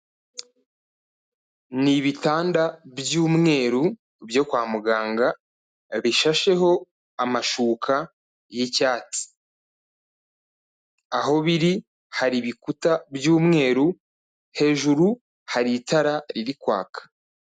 Ni ibitanda by'umweru byo kwa muganga, bishasheho amashuka y'icyatsi. Aho biri, hari ibikuta by'umweru hejuru hari itara riri kwaka.